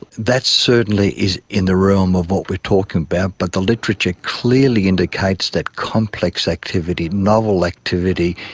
that certainly is in the realm of what we are talking about, but the literature clearly indicates that complex activity, novel activity,